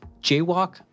jaywalk